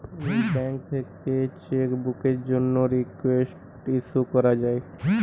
bank থেকে নতুন cheque বুকের জন্যে রিকোয়েস্ট ইস্যু করা যায়